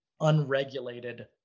unregulated